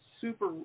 super